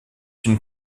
une